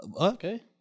Okay